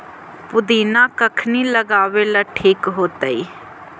पुदिना कखिनी लगावेला ठिक होतइ?